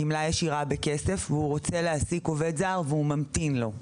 גמלה ישירה בכסף והוא רוצה להעסיק עובד זר והוא ממתין לו,